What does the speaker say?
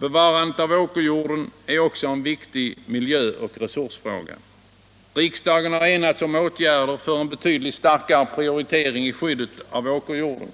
Bevarandet av åkerjorden är också en viktig miljöoch resursfråga. Riksdagen har enats om åtgärder för en betydligt starkare prioritering av skyddet för åkerjorden.